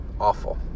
awful